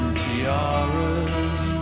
tiaras